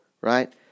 Right